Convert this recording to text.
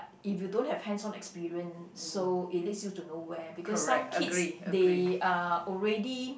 if you don't have hands on experience so it leads you to nowhere because some kids they are already